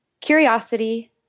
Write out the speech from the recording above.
curiosity